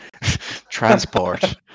Transport